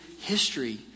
history